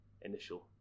initial